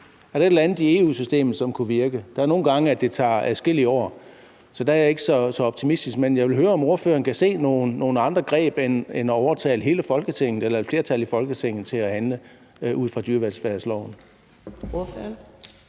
Er der et eller andet i EU-systemet, som kunne virke? Nogle gange tager det adskillige år, så der er jeg ikke så optimistisk, men jeg vil høre, om ordføreren kan se nogen andre greb end at overtale hele Folketinget eller et flertal i Folketinget til at handle ud fra dyrevelfærdsloven?